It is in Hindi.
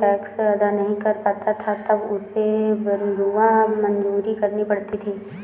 टैक्स अदा नहीं कर पाता था तब उसे बंधुआ मजदूरी करनी पड़ती थी